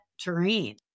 terrain